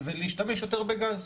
ולהשתמש יותר בגז?